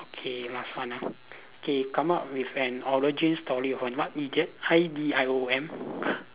okay last one ah okay come up with an origin story of an idiom I D I O M